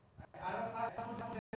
हम अपन बिल केना जमा करब?